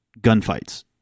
gunfights